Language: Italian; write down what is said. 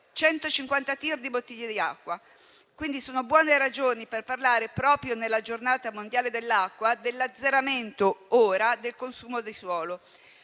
150 TIR di bottiglie di acqua. Quindi, queste sono buone ragioni per parlare, proprio nella Giornata mondiale dell'acqua, dell'azzeramento, ora, del consumo di suolo.